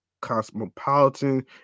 cosmopolitan